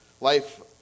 Life